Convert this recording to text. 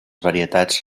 varietats